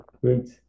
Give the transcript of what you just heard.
great